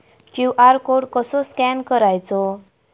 QR code कसो scan करायचो?